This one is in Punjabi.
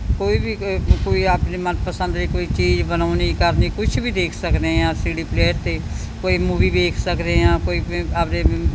ਕੋਈ ਵੀ ਕ ਕੋਈ ਆਪਣੀ ਪਸੰਦ ਦੇ ਕੋਈ ਚੀਜ਼ ਬਣਾਉਣੀ ਕਰਨੀ ਕੁਛ ਵੀ ਦੇਖ ਸਕਦੇ ਹਾਂ ਸੀਡੀ ਪਲੇਅਰ 'ਤੇ ਕੋਈ ਮੂਵੀ ਵੇਖ ਸਕਦੇ ਹਾਂ ਕੋਈ ਕੋਈ ਆਪਦੇ